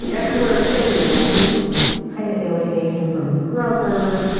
yeah after work? well, you know, you kind of alienation from his brother,